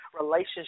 Relationship